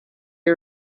you